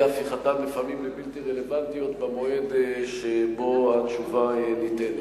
הפיכתן לפעמים לבלתי רלוונטיות במועד שבו התשובה ניתנת.